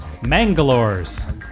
Mangalores